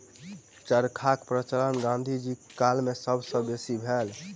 चरखाक प्रचलन गाँधी जीक काल मे सब सॅ बेसी भेल